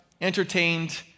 entertained